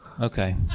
Okay